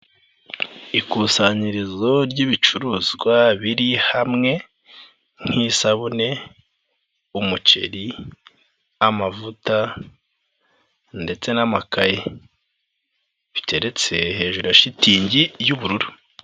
Ikusanyirizo ry'ibicuruzwa biri hamwe nk'isabune, umuceri, amavuta ndetse n'amakaye, biteretse hejuru ya shitingi y'ubururu.